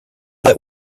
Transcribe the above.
that